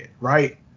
right